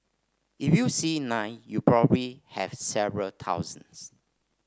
if you see nine you probably have several thousands